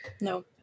No